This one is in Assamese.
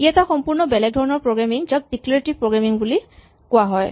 ই এটা সম্পূৰ্ণ বেলেগ ধৰণৰ প্ৰগ্ৰেমিং যাক ডিক্লেৰেটিভ প্ৰগ্ৰেমিং বুলি কোৱা হয়